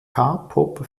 pop